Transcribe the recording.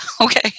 okay